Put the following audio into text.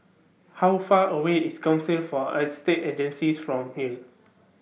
How Far away IS Council For Estate Agencies from here